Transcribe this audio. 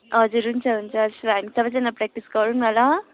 हजुर हुन्छ हुन्छ स्राइन सबैजना प्र्याक्टिस गरौँ न ल